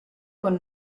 con